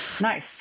Nice